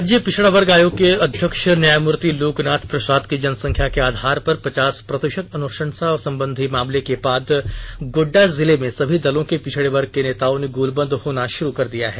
राज्य पिछड़ा वर्ग आयोग के अध्यक्ष न्यायमूर्ति लोकनाथ प्रसाद की जनसंख्या के आधार पर पचास प्रतिशत अनुशंसा संबंधी मामले के बाद गोड्डा जिले में सभी दलों के पिछड़े वर्ग के नेताओं ने गोलबंद होना शुरू कर दिया है